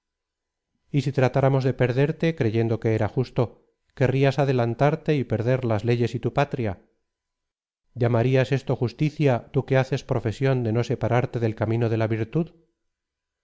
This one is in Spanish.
si tratáramos de perderte creyendo que era justo querrías adelantarte y perder las leyes y tu patria llamarlas esto justicia tá que haces profesión de no separarte del camino de la virtud